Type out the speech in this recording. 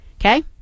Okay